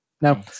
no